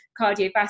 cardiovascular